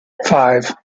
five